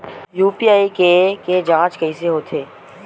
UPI के के जांच कइसे होथे?